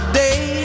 day